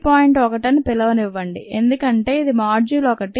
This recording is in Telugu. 1 అని పిలవనివ్వండి ఎందుకంటే ఇది మాడ్యూల్ 1